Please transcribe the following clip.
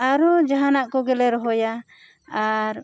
ᱟᱨᱚ ᱡᱟᱦᱟᱱᱟᱜ ᱠᱚᱜᱮ ᱞᱮ ᱨᱚᱦᱚᱭᱟ ᱟᱨ